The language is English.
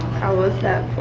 how was that